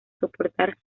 soportar